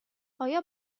آیا